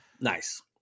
Nice